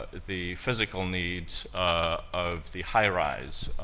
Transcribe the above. ah the physical needs of the high-rise.